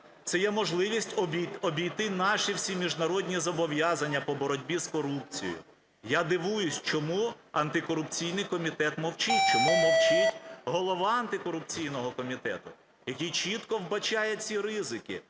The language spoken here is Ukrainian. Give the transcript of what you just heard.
Це є можливість обійти наші всі міжнародні зобов'язання по боротьбі з корупцією. Я дивуюсь, чому антикорупційний комітет мовчить, чому мовчить голова антикорупційного комітету, який чітко вбачає ці ризики.